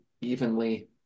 evenly